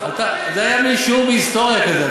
זה היה לי שיעור בהיסטוריה כזה,